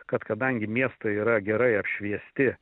kad kadangi miestai yra gerai apšviesti